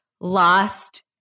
lost